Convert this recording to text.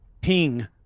ping